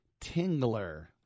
Tingler